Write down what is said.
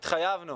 התחייבנו